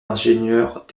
ingénieurs